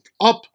up